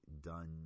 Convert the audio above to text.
Done